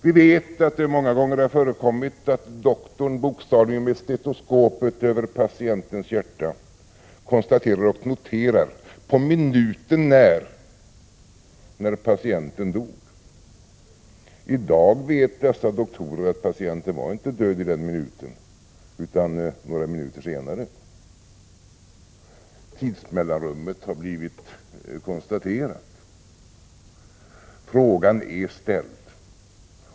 Vi vet att det många gånger har förekommit att doktorn bokstavligen med stetoskopet över patientens hjärta konstaterar och noterar på minuten när tidpunkten när patienten dog. I dag vet dessa doktorer att patienten inte var död i den minuten utan några minuter senare. Tidsmellanrummet har blivit konstaterat. Frågan är ställd.